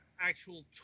actual